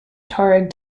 tuareg